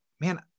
man